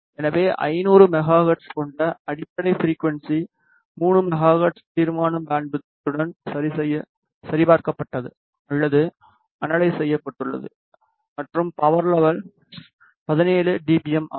எனவே 500 megahertz கொண்ட அடிப்படை ஃபிரிக்குவன்ஸி 3 மெகா ஹெர்ட்ஸ் தீர்மானம் பேண்ட்விட்த்துடன் சரிபார்க்கப்பட்டது அல்லது அனலைஸ் செய்யப்பட்டுள்ளது மற்றும் பவர் லெவல் 17 டிபிஎம் ஆகும்